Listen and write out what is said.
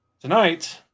Tonight